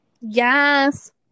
Yes